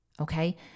Okay